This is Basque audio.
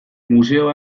museo